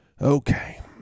Okay